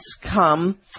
come